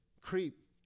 creep